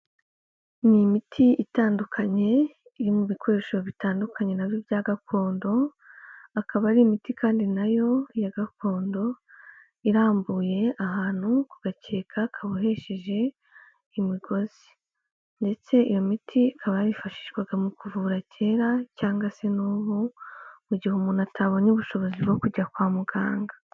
Ni imiti itandukanye, iri mu bikoresho bitandukanye na byo bya gakondo, akaba ari imiti kandi na yo ya gakondo irambuye ahantu ku gakeka kabohesheje imigozi, ndetse iyo miti ikaba yarifashishwaga mu kuvura kera cyangwa se n'ubu mu gihe umuntu atabonye ubushobozi bwo kujya kwa muganga.